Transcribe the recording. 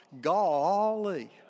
Golly